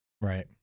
right